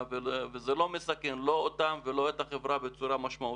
וזה לא מסכן לא אותם ולא את החברה בצורה משמעותית,